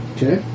Okay